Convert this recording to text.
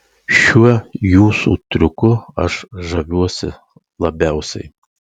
šiuo jūsų triuku aš žaviuosi labiausiai